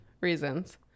reasons